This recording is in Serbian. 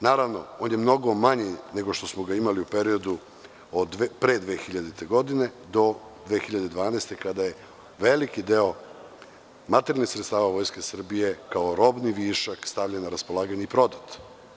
Naravno, on je mnogo manji nego što smo ga imali u periodu od pre 2000. godine do 2012. godine, kada je veliki deo materijalnih sredstava Vojske Srbije kao robni višak stavljen na raspolaganje i prodat.